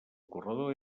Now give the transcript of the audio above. corredor